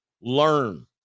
learn